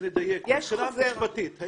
שנדייק מבחינה משפטית.